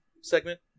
segment